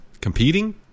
Competing